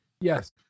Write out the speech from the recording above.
Yes